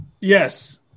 yes